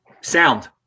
sound